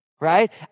Right